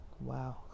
wow